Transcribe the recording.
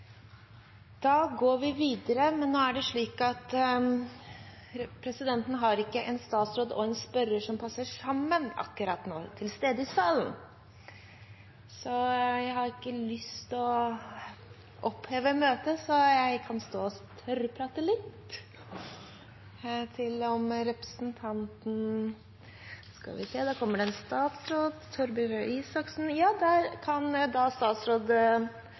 vi går videre til spørsmål 10. Nå er det slik at det ikke er en statsråd og en spørrer som passer sammen, til stede i salen akkurat nå. Jeg har ikke lyst til å heve møtet, så jeg kan stå og tørrprate litt! Der kommer det en statsråd, Torbjørn Røe Isaksen, og kan statsråd Torbjørn Røe Isaksen